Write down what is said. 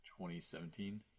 2017